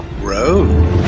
Road